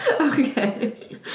Okay